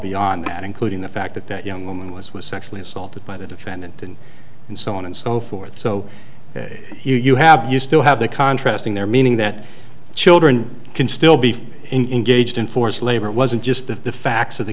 beyond that including the fact that that young woman was was sexually assaulted by the defendant and and so on and so forth so you have you still have the contrast in their meaning that children can still be engaged in forced labor it wasn't just the facts of the